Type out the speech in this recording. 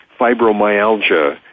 fibromyalgia